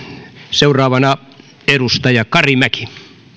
seuraavana edustaja karimäki